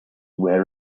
where